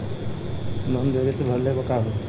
Loan देरी से भरले पर का होई?